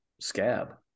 scab